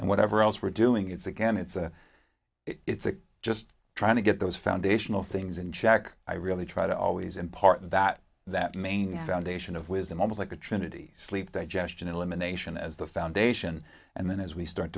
and whatever else we're doing it's again it's a it's a just trying to get those foundational things in check i really try to always impart that that main foundation of wisdom almost like a trinity sleep digestion elimination as the foundation and then as we start